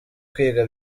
kwiga